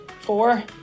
four